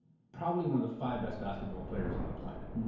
probably one of the five best basketball players on the planet.